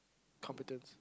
competence